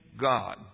God